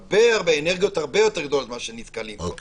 זה אנרגיות הרבה יותר גדולות ממה שנתקלים פה,